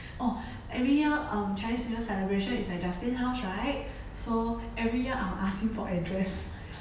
oh every year um chinese new year celebration is at justin house right so every year I will ask him for address